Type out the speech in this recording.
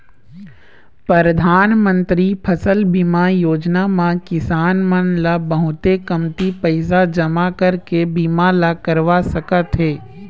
परधानमंतरी फसल बीमा योजना म किसान मन ल बहुते कमती पइसा जमा करके बीमा ल करवा सकत हे